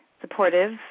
supportive